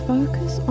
Focus